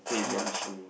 B ah drop